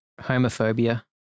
Homophobia